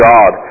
God